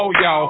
yo